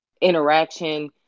interaction